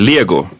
Lego